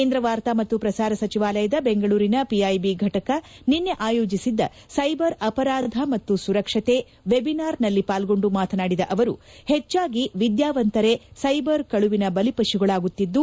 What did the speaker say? ಕೇಂದ್ರ ವಾರ್ತಾ ಮತ್ತು ಪ್ರಸಾರ ಸಚಿವಾಲಯದ ಬೆಂಗಳೂರಿನ ಪಿಐಬಿ ಘಟಕ ನಿನ್ನೆ ಆಯೋಜಿಸಿದ್ದ ಸೈಬರ್ ಅಪರಾಧ ಮತ್ತು ಸುರಕ್ಷತೆ ವೆಬಿನಾರ್ನಲ್ಲಿ ಪಾಲ್ಗೊಂಡು ಮಾತನಾಡಿದ ಅವರು ಹೆಚ್ಚಾಗಿ ವಿದ್ಯಾವಂತರೇ ಸ್ನೆಬರ್ ಕಳುವಿನ ಬಲಿಪಶುಗಳಾಗುತ್ತಿದ್ದು